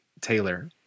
Taylor